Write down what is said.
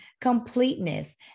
completeness